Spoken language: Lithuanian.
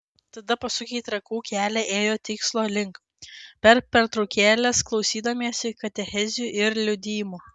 tada pasukę į trakų kelią ėjo tikslo link per pertraukėles klausydamiesi katechezių ir liudijimų